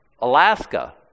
Alaska